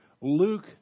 Luke